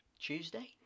Tuesday